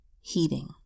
heating